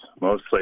mostly